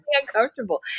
uncomfortable